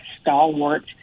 stalwart